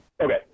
Okay